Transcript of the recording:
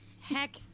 heck